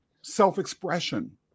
self-expression